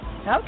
Okay